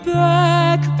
back